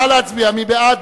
נא להצביע מי בעד?